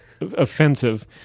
offensive